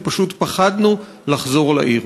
כי פשוט פחדנו לחזור לעיר.